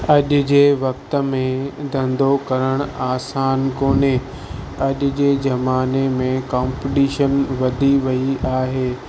अॼु जे वक़्त में धंधो करणु आसान कोने अॼु जे ज़माने में कंपीटिशन वधी वेई आहे